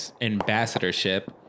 ambassadorship